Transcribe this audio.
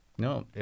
No